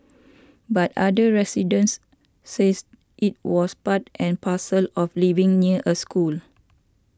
but other residents says it was part and parcel of living near a school